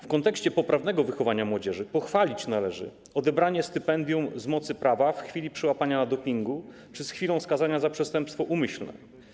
W kontekście poprawnego wychowania młodzieży pochwalić należy odebranie stypendium z mocy prawa w chwili przyłapania na dopingu czy z chwilą skazania za przestępstwo umyślne.